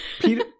Peter